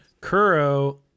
Kuro